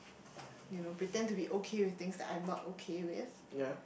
you know pretend to be okay with things I'm not okay with